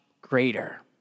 greater